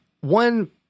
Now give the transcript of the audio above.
one